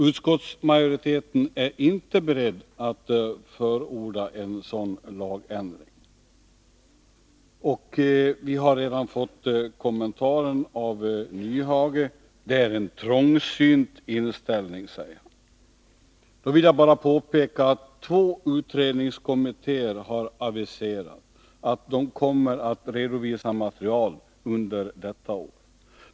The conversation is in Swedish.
Utskottsmajoriteten är inte beredd att förorda en sådan lagändring. Vi har redan fått en kommentar om detta av Hans Nyhage. Han säger att det är en trångsynt inställning. Då vill jag bara påpeka att två utredningskommittéer har aviserat att de kommer att redovisa material under detta år.